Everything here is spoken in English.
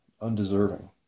undeserving